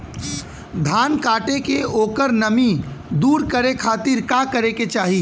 धान कांटेके ओकर नमी दूर करे खाती का करे के चाही?